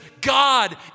God